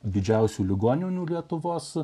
didžiausių ligoninių lietuvos